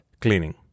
cleaning